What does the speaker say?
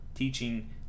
teaching